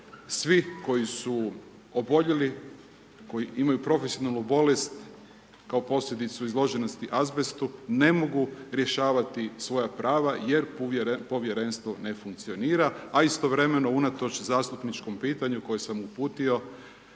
svi koji su oboljeli, koji imaju profesionalnu bolest kao posljedicu izloženosti azbestu, ne mogu rješavati svoja prava jer povjerenstvo ne funkcionira a istovremeno unatoč zastupničkom pitanju koje sam uputio